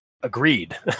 Agreed